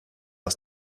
aus